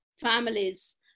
families